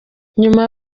nyuma